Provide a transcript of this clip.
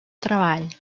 treball